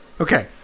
Okay